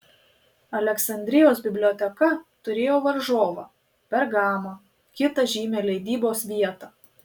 aleksandrijos biblioteka turėjo varžovą pergamą kitą žymią leidybos vietą